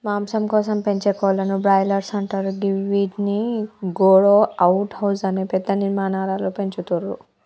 మాంసం కోసం పెంచే కోళ్లను బ్రాయిలర్స్ అంటరు గివ్విటిని గ్రో అవుట్ హౌస్ అనే పెద్ద నిర్మాణాలలో పెంచుతుర్రు